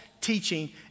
teaching